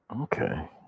okay